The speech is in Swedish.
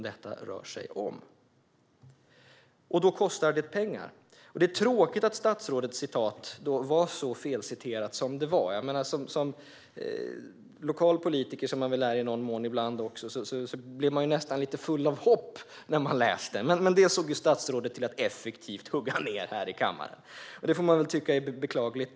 Då kostar det pengar. Det är tråkigt att citatet från statsrådet var så felciterat som det var. Som lokal politiker, som man i någon mån ibland är, blev man nästan lite full av hopp när man läste det. Men det såg statsrådet till att effektivt hugga ned här i kammaren. Det får man väl tycka är beklagligt.